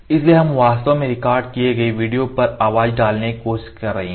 इसलिए हम वास्तव में रिकॉर्ड किए गए वीडियो पर आवाज डालने की कोशिश कर रहे हैं